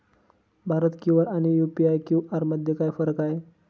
Bharat QR आणि UPI QR मध्ये काय फरक आहे?